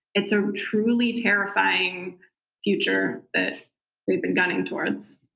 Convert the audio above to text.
it's a truly terrifying future that we've been gunning towards,